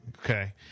Okay